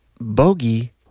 bogey